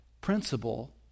principle